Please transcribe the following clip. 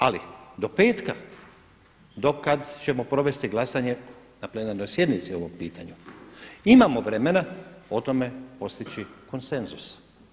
Ali do petka do kada ćemo provesti glasanje na plenarnoj sjednici o ovom pitanju, imamo vremena o tome postići konsenzus.